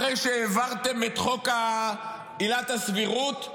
אחרי שהעברתם את חוק עילת הסבירות,